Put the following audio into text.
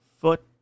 foot